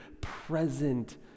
present